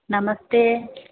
नमस्ते